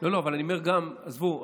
עזבו.